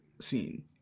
scene